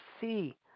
see